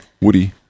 Woody